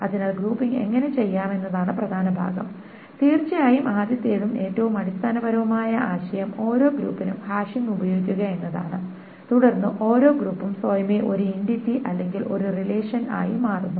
അതിനാൽ ഗ്രൂപ്പിംഗ് എങ്ങനെ ചെയ്യാമെന്നതാണ് പ്രധാന ഭാഗം തീർച്ചയായും ആദ്യത്തേതും ഏറ്റവും അടിസ്ഥാനപരവുമായ ആശയം ഓരോ ഗ്രൂപ്പിനും ഹാഷിംഗ് ഉപയോഗിക്കുക എന്നതാണ് തുടർന്ന് ഓരോ ഗ്രൂപ്പും സ്വയമേ ഒരു എന്റിറ്റി അല്ലെങ്കിൽ ഒരു റിലേഷൻ ആയി മാറുന്നു